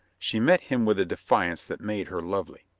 she met him with a defiance that made her lovely.